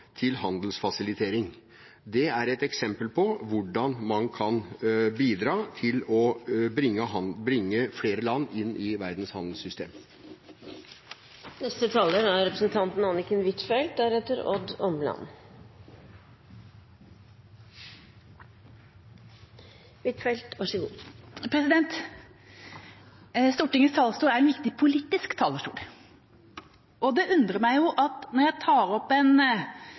til handelsfasilitering. Det er et eksempel på hvordan man kan bidra til å bringe flere land inn i verdens handelssystem. Stortingets talerstol er en viktig politisk talerstol. Det undrer meg at når jeg tar opp en